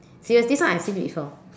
yes this one I have seen it before